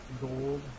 gold